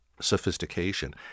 sophistication